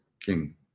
king